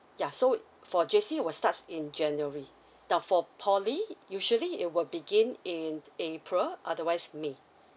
yeah so for J_C will starts in january now for poly usually it will begin in april otherwise may